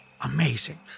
Amazing